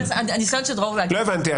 לא הבנתי,